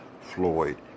Floyd